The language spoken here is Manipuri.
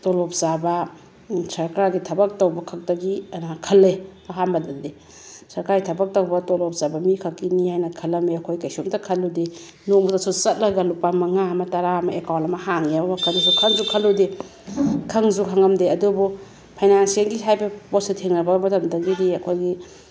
ꯇꯣꯂꯣꯞ ꯆꯥꯕ ꯁꯔꯀꯥꯔꯒꯤ ꯊꯕꯛ ꯇꯧꯕ ꯈꯛꯇꯒꯤ ꯑꯅ ꯈꯜꯂꯦ ꯑꯍꯥꯟꯕꯗꯗꯤ ꯁꯔꯀꯥꯔꯒꯤ ꯊꯕꯛ ꯇꯧꯕ ꯇꯣꯂꯣꯞ ꯆꯥꯕ ꯃꯤ ꯈꯛꯀꯤꯅꯤ ꯍꯥꯏꯅ ꯈꯜꯂꯝꯃꯦ ꯑꯩꯈꯣꯏ ꯀꯩꯁꯨꯝꯇ ꯈꯜꯂꯨꯗꯦ ꯅꯣꯡꯃꯇꯁꯨ ꯆꯠꯂꯒ ꯂꯨꯄꯥ ꯃꯉꯥ ꯑꯃ ꯇꯔꯥ ꯑꯃ ꯑꯦꯀꯥꯎꯟ ꯑꯃ ꯍꯥꯡꯒꯦ ꯍꯥꯏꯕꯒꯤ ꯋꯥꯈꯜꯁꯨ ꯈꯟꯁꯨ ꯈꯜꯂꯨꯗꯦ ꯈꯪꯁꯨ ꯈꯪꯉꯝꯗꯦ ꯑꯗꯨꯕꯨ ꯐꯥꯏꯅꯥꯟꯁꯤꯑꯦꯜꯒꯤ ꯍꯥꯏꯕ ꯄꯣꯠꯁꯦ ꯊꯦꯡꯅꯕ ꯃꯇꯝꯗꯒꯤꯗꯤ ꯑꯩꯈꯣꯏꯒꯤ